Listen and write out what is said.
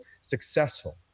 successful